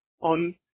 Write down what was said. on